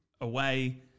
away